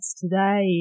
today